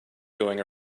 going